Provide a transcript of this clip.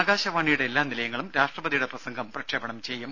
ആകാശവാണിയുടെ എല്ലാ നിലയങ്ങളും രാഷ്ട്രപതിയുടെ പ്രസംഗം പ്രക്ഷേപണം ചെയ്യും